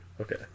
Okay